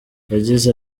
yagize